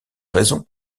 raison